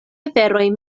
aferoj